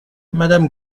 madame